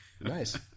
Nice